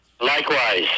Likewise